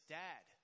dad